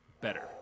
better